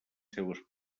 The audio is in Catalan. seues